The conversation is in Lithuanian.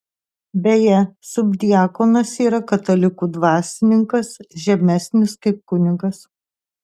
beje subdiakonas yra katalikų dvasininkas žemesnis kaip kunigas